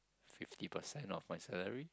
fifty percent of my salary